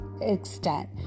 extent